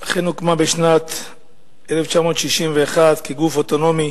אכן הוקמה בשנת 1961, כגוף אוטונומי